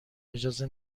اجازه